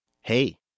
Hey